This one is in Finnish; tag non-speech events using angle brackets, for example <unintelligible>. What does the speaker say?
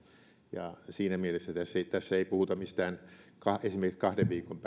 ja siinä mielessä tässä ei tässä ei puhuta mistään esimerkiksi kahden viikon <unintelligible>